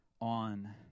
on